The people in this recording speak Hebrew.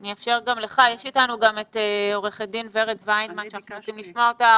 יש איתנו גם את עורכת דין ורד וינדמן שאנחנו רוצים לשמוע אותה,